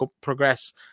progress